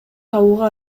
табууга